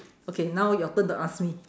okay now your turn to ask me